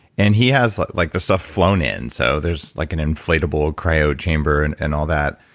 and he has like the stuff flown in, so there's like an inflatable cryo chamber and and all that.